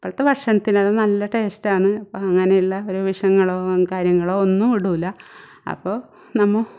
അപ്പോഴത്തെ ഭക്ഷണത്തിന് അത് നല്ല ടേസ്റ്റാന്ന് അപ്പം അങ്ങനെയുള്ള ഒരു വിഷങ്ങളോ ഒരു കാര്യങ്ങളോ ഒന്നും ഇടൂല അപ്പോൾ നമ്മൾ